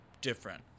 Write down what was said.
different